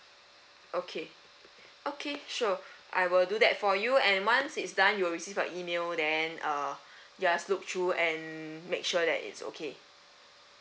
okay okay sure I will do that for you and once it's done you will receive your email then uh just look through and make sure that it's okay